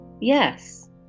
Yes